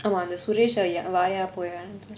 suresh eh வாய போய னு:vaaya poya nu